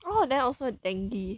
oh then also dengue